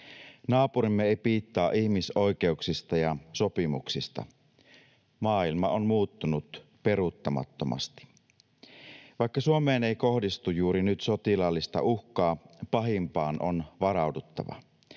Naapurimme ei piittaa ihmisoikeuksista ja sopimuksista. Maailma on muuttunut peruuttamattomasti. Vaikka Suomeen ei kohdistu juuri nyt sotilaallista uhkaa, pahimpaan on varauduttava.